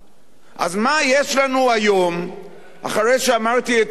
אז מה יש לנו היום אחרי שאמרתי את כל זה,